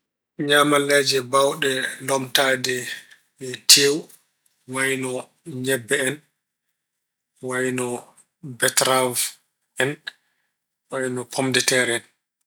Ñaamalleeji baawɗe lomtaade tewu, wayno ñebbe en, wayno beetaraw en, wayno pom de teer en.